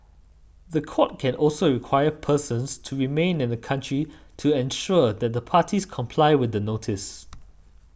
the court can also require persons to remain in the country to ensure that the parties comply with the notice